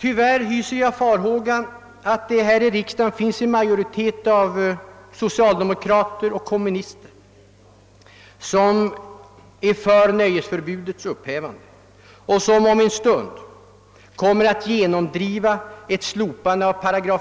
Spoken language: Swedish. Jag hyser den farhågan, att det här i riksdagen tyvärr finns en majoritet av socialdemokrater och kommunister som är för nöjesförbudets upphävande och som om en stund kommer att genomdriva ett slopande av